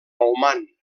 oman